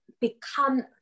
become